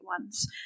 ones